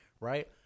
right